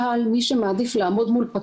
לעשות.